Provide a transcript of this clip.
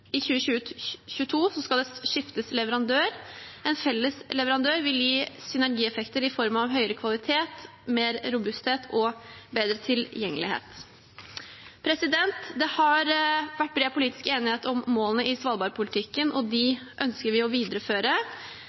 I 2022 skal det skiftes leverandør. En felles leverandør vil gi synergieffekter i form av høyere kvalitet, mer robusthet og bedre tilgjengelighet. Det har vært bred politisk enighet om målene i svalbardpolitikken, og dem ønsker vi å videreføre.